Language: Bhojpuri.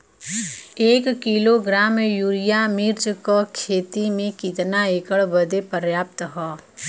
एक किलोग्राम यूरिया मिर्च क खेती में कितना एकड़ बदे पर्याप्त ह?